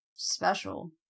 Special